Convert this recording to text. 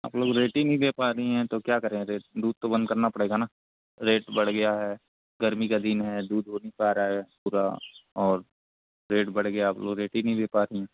आप लोग रेटी नहीं दे पा रही हैं तो क्या करें रेट दूध तो बंद करना पड़ेगा ना रेट बढ़ गया है गर्मी का दिन है दूध हो नहीं पा रहा है पूरा और रेट बढ़ गया आप लोग रेट ही नहीं दे पा रही हैं